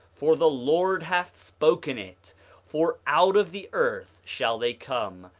for the lord hath spoken it for out of the earth shall they come,